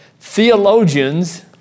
theologians